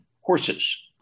horses